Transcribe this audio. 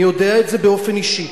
אני יודע את זה באופן אישי,